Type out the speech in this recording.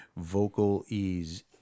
VocalEase